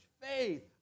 faith